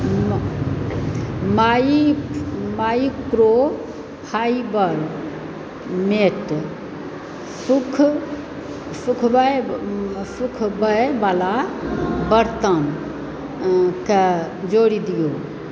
micro fibre net सुख सुखबयवला बर्तनकेँ जोड़ि दिऔ